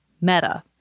meta